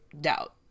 doubt